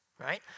right